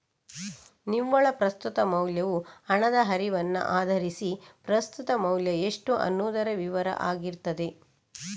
ನಿವ್ವಳ ಪ್ರಸ್ತುತ ಮೌಲ್ಯವು ಹಣದ ಹರಿವನ್ನ ಆಧರಿಸಿ ಪ್ರಸ್ತುತ ಮೌಲ್ಯ ಎಷ್ಟು ಅನ್ನುದರ ವಿವರ ಆಗಿರ್ತದೆ